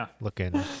looking